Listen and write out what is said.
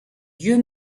dieu